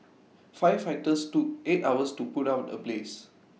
firefighters took eight hours to put out the blaze